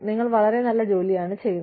നിങ്ങൾ വളരെ നല്ല ജോലിയാണ് ചെയ്യുന്നത്